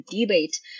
debate